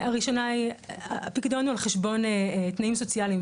הראשונה היא הפיקדון הוא על חשבון תנאים סוציאליים,